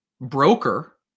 broker